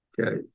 okay